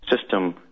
system